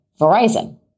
Verizon